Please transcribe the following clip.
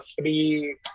free